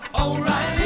O'Reilly